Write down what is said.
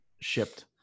shipped